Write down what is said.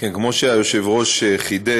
כמו שהיושב-ראש חידד,